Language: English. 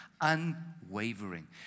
unwavering